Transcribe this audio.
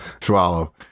swallow